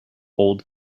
old